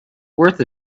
worth